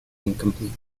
incomplete